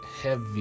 heavy